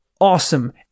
awesome